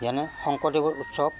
যেনে শংকৰদেৱৰ উৎসৱ